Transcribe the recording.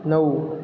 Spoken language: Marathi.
नऊ